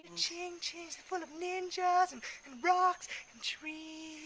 ching ching's, full of ninjas rocks and